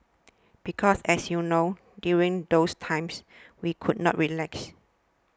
because as you know during those times we could not relax